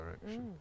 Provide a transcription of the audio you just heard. direction